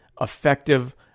effective